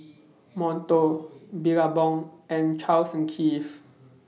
Monto Billabong and Charles and Keith